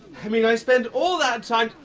i mean, i spend all that time